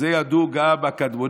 את זה ידעו גם הקדמונים.